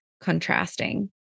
contrasting